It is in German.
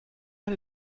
man